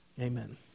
Amen